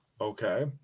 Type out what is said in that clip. Okay